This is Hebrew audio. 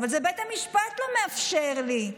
אבל זה בית המשפט לא מאפשר לי.